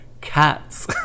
cats